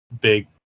big